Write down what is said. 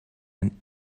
and